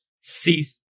cease